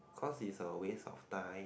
cause is a waste of time